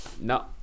No